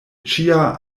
ĉia